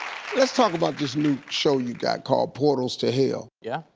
let's talk about this new show you got called portals to hell. yeah.